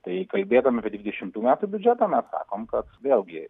tai kalbėdami apie dvidešimų metų biudžetą mes sakom kad vėlgi